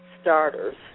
starters